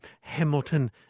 Hamilton